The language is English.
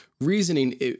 reasoning